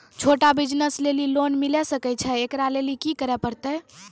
छोटा बिज़नस लेली लोन मिले सकय छै? एकरा लेली की करै परतै